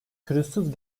pürüzsüz